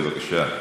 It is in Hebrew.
בבקשה.